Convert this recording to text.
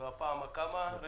זו הפעם הכמה?